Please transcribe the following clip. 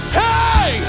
hey